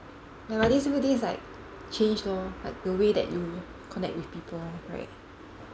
ya but these few days like change lor like the way that you connect with people right